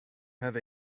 have